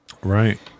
Right